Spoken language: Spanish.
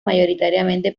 mayoritariamente